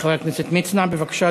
חבר הכנסת עמרם מצנע, בבקשה,